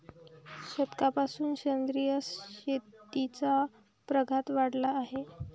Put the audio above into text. दशकापासून सेंद्रिय शेतीचा प्रघात वाढला आहे